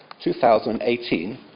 2018